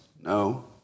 no